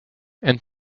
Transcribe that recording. and